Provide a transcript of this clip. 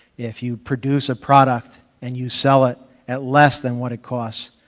if you produce a product and you sell it at less than what it costs,